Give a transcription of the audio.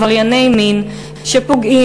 עברייני מין שפוגעים,